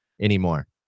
anymore